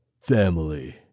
family